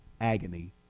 agony